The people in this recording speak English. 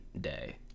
Day